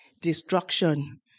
destruction